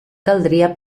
caldria